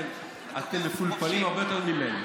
אתם מפולפלים הרבה יותר ממני,